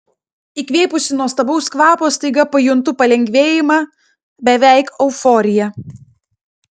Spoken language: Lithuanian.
įkvėpusi nuostabaus kvapo staiga pajuntu palengvėjimą beveik euforiją